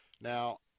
Now